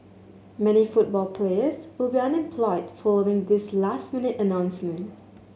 many football players will be unemployed following this last minute announcement